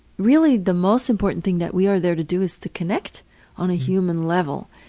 really the most important thing that we are there to do is to connect on a human level.